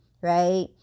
right